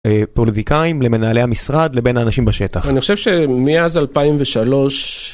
פוליטיקאים, למנהלי המשרד, לבין האנשים בשטח. אני חושב שמאז 2003...